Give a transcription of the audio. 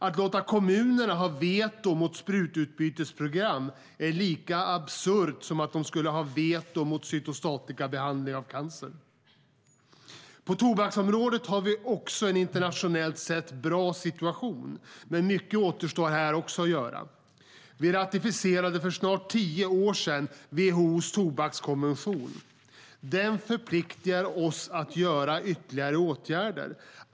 Att låta kommunerna ha veto mot sprututbytesprogram är lika absurt som att de skulle ha veto mot cytostatikabehandling av cancer. På tobaksområdet har vi också en internationellt sett bra situation, men mycket återstår att göra här också. För snart tio år sedan ratificerade vi WHO:s tobakskonvention. Den förpliktar oss att vidta ytterligare åtgärder.